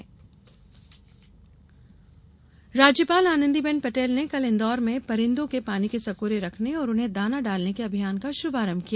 राज्यपाल राज्यपाल आनंदी बेन पटेल ने कल इंदौर में परिंदों के लिए पानी के सकोरे रखने और उन्हें दाना डालने के अभियान का शुभारंभ किया